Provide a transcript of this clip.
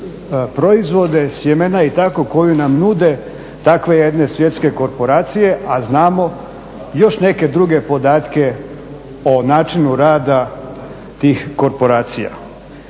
proizvode, sjemena i tako, koju nam nude takve jedne svjetske korporacije, a znamo još neke druge podatke o načinu rada tih korporacija.